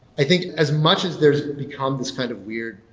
i think as much as there becomes this kind of weird